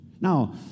Now